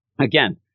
Again